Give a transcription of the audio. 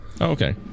Okay